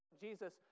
jesus